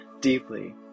deeply